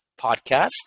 podcast